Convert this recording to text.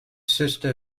sister